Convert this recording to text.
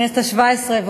בכנסת השבע-עשרה.